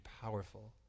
powerful